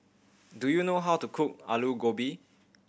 do you know how to cook Aloo Gobi